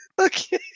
Okay